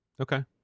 Okay